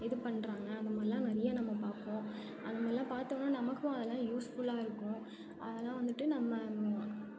இது பண்ணுறாங்க அந்த மாதிரிலாம் நிறைய நம்ம பார்ப்போம் அந்த மாதிரிலாம் பார்த்தோன்னா நமக்கும் அதெல்லாம் யூஸ்ஃபுல்லாக இருக்கும் அதெல்லாம் வந்துட்டு நம்ம